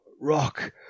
Rock